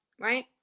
right